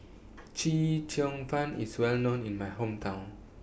Chee Cheong Fun IS Well known in My Hometown